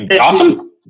Awesome